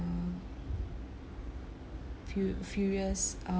uh fu~ furious uh